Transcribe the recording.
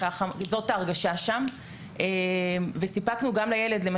ככה זאת ההרגשה שם, וסיפקנו גם לילד שלהם.